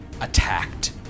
attacked